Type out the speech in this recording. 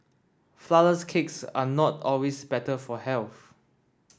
flourless cakes are not always better for health